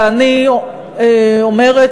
ואני אומרת,